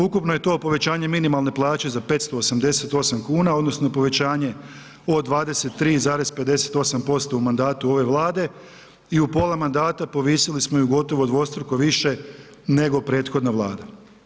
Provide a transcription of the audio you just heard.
Ukupno je to povećanje minimalne plaće za 588 kuna odnosno povećanje od 23,58% u mandatu ove Vlade i u pola mandata povisili smo i u gotovo dvostruko više nego prethodna vlada.